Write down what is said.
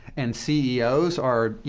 and ceos are, you